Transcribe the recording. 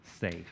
safe